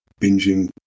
binging